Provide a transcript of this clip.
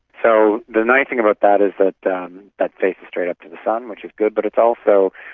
so the nice thing about that is that that that faces straight up to the sun, which is good. but it's also,